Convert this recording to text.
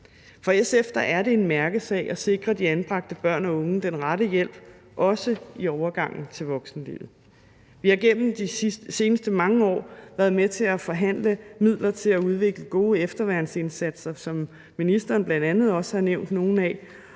For SF er det en mærkesag at sikre de anbragte børn og unge den rette hjælp, også i overgangen til voksenlivet, og vi har gennem de seneste mange år været med til at forhandle midler til at udvikle gode efterværnsindsatser – som ministeren bl.a. også har nævnt nogle af